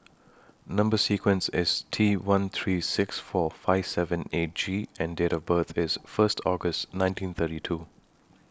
Number sequence IS T one three six four five seven eight G and Date of birth IS First August nineteen thirty two